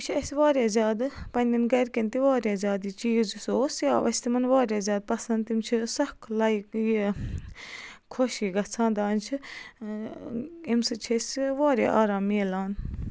یہِ چھِ اَسہِ واریاہ زیادٕ پنٛنٮ۪ن گَرکٮ۪ن تہِ واریاہ زیادٕ یہِ چیٖز یُس اوس یہِ آو اَسہِ تِمَن واریاہ زیادٕ پَسَنٛد تِم چھِ سَکھ لایِک یہِ خۄش یہِ گژھان دَپان چھِ امہِ سۭتۍ چھِ اسہِ واریاہ آرام میلان